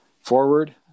forward